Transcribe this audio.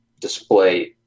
display